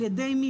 על ידי מי.